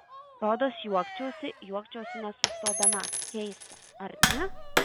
rodos juokčiausi juokčiausi nesustodama keista ar ne